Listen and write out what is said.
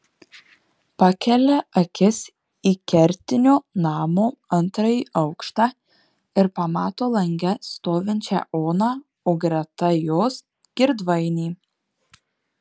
pakelia akis į kertinio namo antrąjį aukštą ir pamato lange stovinčią oną o greta jos girdvainį